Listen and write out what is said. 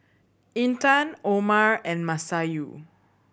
Intan Omar and Masayu